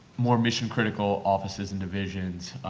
more mission-critical offices and divisions.